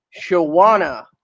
Shawana